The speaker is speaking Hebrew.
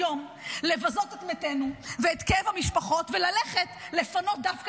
היום לבזות את מתינו ואת כאב המשפחות וללכת לפנות דווקא